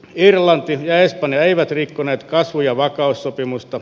irlanti ja espanja eivät rikkoneet kasvu ja vakaussopimusta